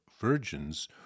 virgins